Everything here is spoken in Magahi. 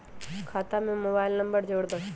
खाता में मोबाइल नंबर जोड़ दहु?